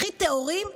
הכי טהורים,